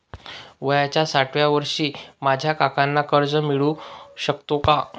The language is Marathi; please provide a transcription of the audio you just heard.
वयाच्या साठाव्या वर्षी माझ्या काकांना कर्ज मिळू शकतो का?